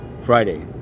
Friday